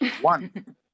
One